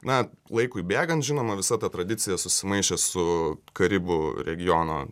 na laikui bėgant žinoma visa ta tradicija susimaišė su karibų regiono